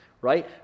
right